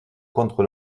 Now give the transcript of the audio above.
contre